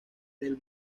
del